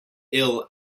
ill